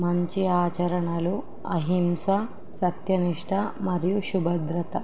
మంచి ఆచరణలు అహింస సత్యనిష్ట మరియు శుభ్రత